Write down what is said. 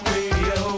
Radio